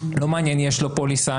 לא מעניין אם יש לו פוליסה,